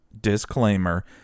disclaimer